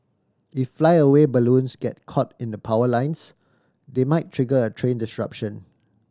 if flyaway balloons get caught in the power lines they might trigger a train disruption